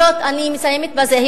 אני מסיימת בזה.